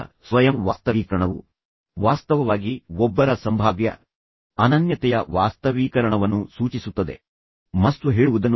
ಈಗ ಸ್ವಯಂ ವಾಸ್ತವೀಕರಣವು ವಾಸ್ತವವಾಗಿ ಒಬ್ಬರ ಸಂಭಾವ್ಯ ಅನನ್ಯತೆಯ ವಾಸ್ತವೀಕರಣವನ್ನು ಸೂಚಿಸುತ್ತದೆ ಮತ್ತು ಸ್ವಯಂ ಪೂರೈಕೆಯನ್ನು ಹುಡುಕುವುದು ಆಗಿದೆ